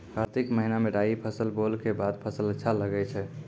कार्तिक महीना मे राई फसल बोलऽ के बाद फसल अच्छा लगे छै